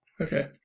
Okay